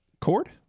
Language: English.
Cord